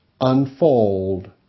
unfold